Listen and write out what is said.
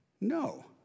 No